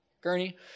gurney